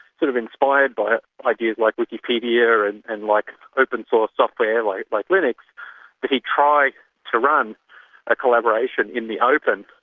sort of inspired by ideas like wikipedia and and like open source software like like linux that he tried to run a collaboration in the open.